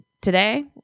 today